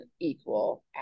equal